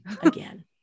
again